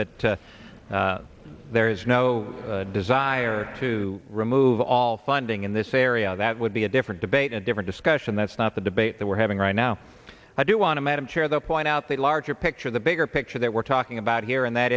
that there is no desire to remove all funding in this area that would be a different debate a different discussion that's not the debate that we're having right now i do want to madam chair the point out the larger picture the bigger picture that we're talking about here and that